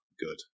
Good